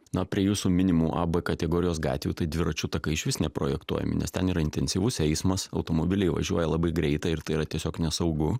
na prie jūsų minimų a b kategorijos gatvių tai dviračių takai išvis neprojektuojami nes ten yra intensyvus eismas automobiliai važiuoja labai greitai ir tai yra tiesiog nesaugu